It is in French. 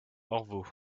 orvault